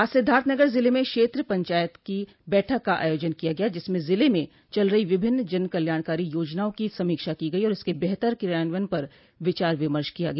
आज सिद्धार्थनगर जिले में क्षेत्र पंचायत की बैठक का आयोजन किया गया जिसमें जिले में चल रही विभिन्न जनकल्याणकारी योजनाओं की समीक्षा की गई और इसके बेहतर क्रियान्वयन पर विचार विमर्श किया गया